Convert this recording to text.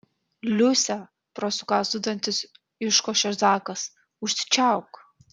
liuse pro sukąstus dantis iškošė zakas užsičiaupk